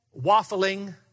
waffling